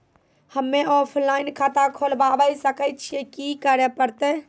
हम्मे ऑफलाइन खाता खोलबावे सकय छियै, की करे परतै?